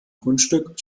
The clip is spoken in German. grundstück